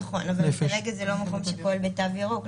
נכון, אבל כרגע זה לא מקום שפועל בתו ירוק.